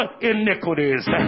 iniquities